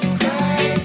cry